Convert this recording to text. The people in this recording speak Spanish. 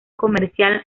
comercial